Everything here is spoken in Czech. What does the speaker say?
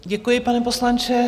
Děkuji, pane poslanče.